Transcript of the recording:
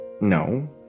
No